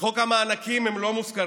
בחוק המענקים הם לא מוזכרים.